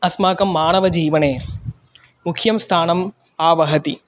अस्माकं मानवजीवने मुख्यं स्थानम् आवहति